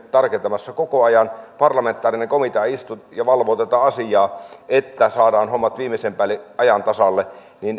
tarkentamassa koko ajan parlamentaarinen komitea istuu ja valvoo tätä asiaa että saadaan hommat viimeisen päälle ajan tasalle